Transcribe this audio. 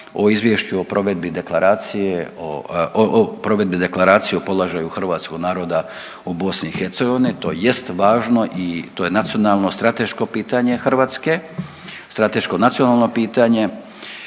deklaracije o provedbi Deklaracije o položaju hrvatskog naroda u BiH to jest važno i to je nacionalno strateško pitanje Hrvatske, strateško nacionalno pitanje.